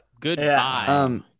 Goodbye